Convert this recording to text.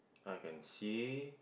I can see